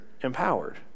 empowered